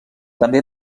també